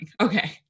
Okay